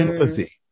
empathy